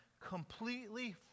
completely